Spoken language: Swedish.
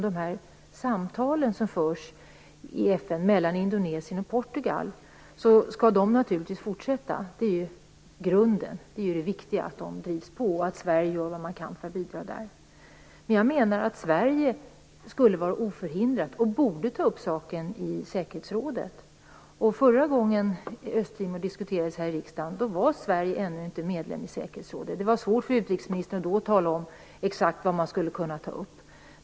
De samtal som förs i FN mellan Indonesien och Portugal skall naturligtvis fortsätta, för de är grunden. Det är viktigt att de drivs på och att vi från svensk sida gör vad vi kan för att bidra. Men jag menar att Sverige borde ta upp saken i säkerhetsrådet. Förra gången Östtimor diskuterades här i riksdagen var Sverige ännu inte medlem i säkerhetsrådet. Det var då svårt för utrikesministern att exakt tala om vad man skulle kunna ta upp.